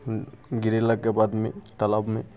गिरेलाके बादमे तलाबमे